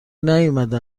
نیومدن